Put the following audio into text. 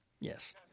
Yes